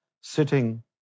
sitting